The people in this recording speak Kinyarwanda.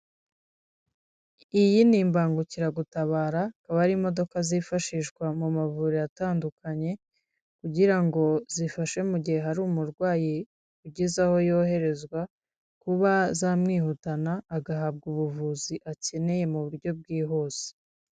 Iyi ni imbangukiragutabara ikaba ari imodoka zifashishwa mu mavuriro atandukanye, kugira ngo zifashe mu gihe hari umurwayi ugeze aho yoherezwa kuba zamwihutana agahabwa ubuvuzi akeneye mu buryo bwihuse.